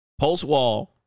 post-wall